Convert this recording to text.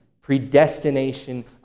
predestination